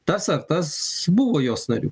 tas ar tas buvo jos nariu